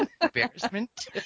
embarrassment